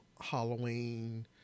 Halloween